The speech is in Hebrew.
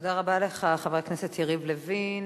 תודה רבה לך, חבר הכנסת יריב לוין.